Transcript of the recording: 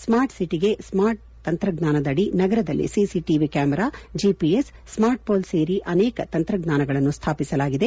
ಸ್ನಾರ್ಟ್ಸಿಟಿಗೆ smart ತಂತ್ರಜ್ಞಾನದಡಿ ನಗರದಲ್ಲಿ CCTV camera GPS smart pole ಸೇರಿ ಅನೇಕ ತಂತ್ರಜ್ಞಾನಗಳನ್ನು ಸ್ಥಾಪಿಸಲಾಗಿದೆ